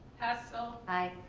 hessell. aye.